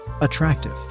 attractive